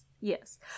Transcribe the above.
yes